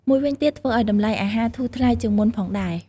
មួយវិញទៀតធ្វើអោយតម្លៃអាហារធូរថ្លៃជាងមុនផងដែរ។